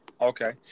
Okay